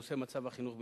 בנושא מצב החינוך בישראל.